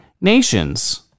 nations